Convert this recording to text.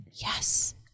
Yes